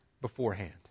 beforehand